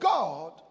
God